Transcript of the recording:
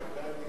את הקאדים.